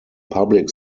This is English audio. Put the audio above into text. public